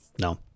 No